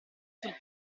sul